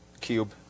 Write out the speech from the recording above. Cube